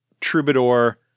Troubadour